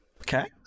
Okay